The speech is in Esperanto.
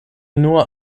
nur